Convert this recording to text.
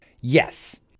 Yes